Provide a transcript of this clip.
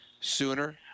sooner